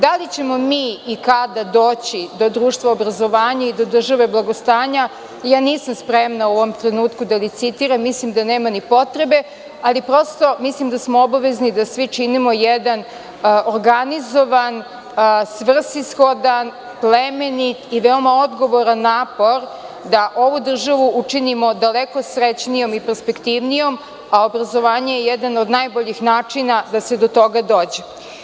Da li ćemo mi i kada doći do društva obrazovanja i do države blagostanja nisam spremna u ovom trenutku da licitiram, mislim da nema ni potrebe, ali prosto, mislim da smo obavezni da svi činimo jedan organizovan, svrsishodan, plemenit i veoma odgovoran napor da ovu državu učinimo daleko srećnijom i perspektivnijom, a obrazovanje je jedan od najboljih načina da se do toga dođe.